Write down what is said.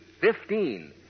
Fifteen